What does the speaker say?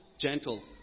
gentle